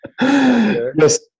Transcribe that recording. yes